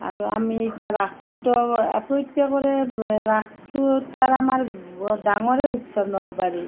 আৰু আমি এতিয়া ৰাসতো প্ৰত্যেকৰে ৰাসটো এতিয়া আমাৰ ডাঙৰেই উৎসৱ নলবাৰীৰ